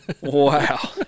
Wow